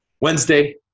Wednesday